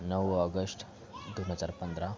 नऊ ऑगस्ट दोन हजार पंधरा